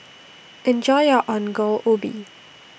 Enjoy your Ongol Ubi